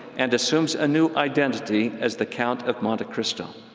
and assumes a new identity as the count of monte cristo.